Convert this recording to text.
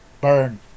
burn